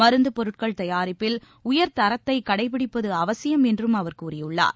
மருந்துப் பொருட்கள் தயாரிப்பில் உயர்தரத்தை கடைபிடிப்பது அவசியம் என்றும் அவர் கூறியுள்ளார்